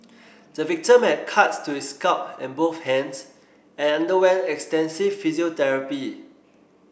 the victim had cuts to his scalp and both hands and underwent extensive physiotherapy